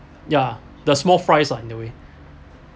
ya the small fries are in the way